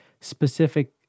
specific